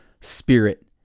spirit